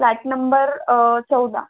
flat number चौदा